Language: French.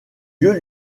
yeux